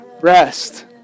Rest